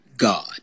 God